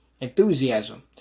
enthusiasm